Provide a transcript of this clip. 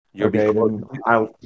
Okay